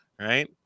Right